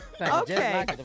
Okay